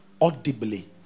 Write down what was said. audibly